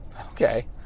Okay